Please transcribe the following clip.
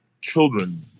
children